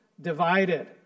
divided